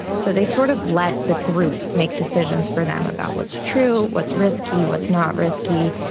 so they sort of let the group make decisions for them about what's true, what's risky, what's not risky,